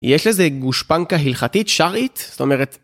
יש לזה גושפנקה הלכתית שרעית, זאת אומרת.